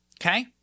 Okay